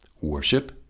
Worship